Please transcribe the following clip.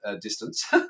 distance